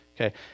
Okay